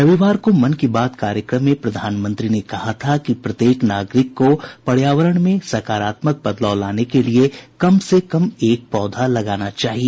रविवार को मन की बात कार्यक्रम में प्रधानमंत्री ने कहा था कि प्रत्येक नागरिक को पर्यावरण में सकारात्मक बदलाव लाने के लिए कम से कम एक पौधा लगाना चाहिए